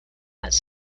has